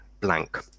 blank